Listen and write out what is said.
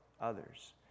others